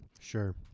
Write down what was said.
Sure